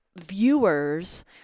viewers